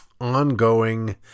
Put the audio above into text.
ongoing